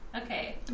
Okay